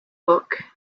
book